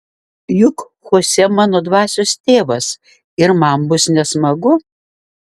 juk chosė mano dvasios tėvas ir man bus nesmagu